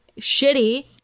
Shitty